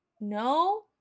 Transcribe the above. no